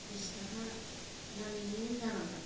बिसथाखा लागैनो जालांबाय